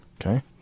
Okay